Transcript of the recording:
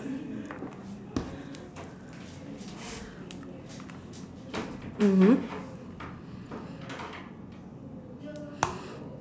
mmhmm